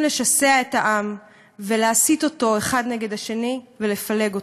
לשסע את העם ולהסית אותו אחד נגד השני ולפלג אותו.